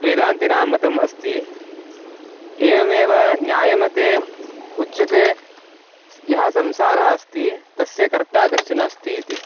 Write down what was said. वेदान्तिनां मतम् अस्ति एवमेव न्यायमते उच्यते यः संसारः अस्ति तस्य कर्ता कश्चनः अस्ति इति